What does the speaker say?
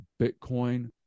Bitcoin